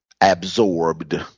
absorbed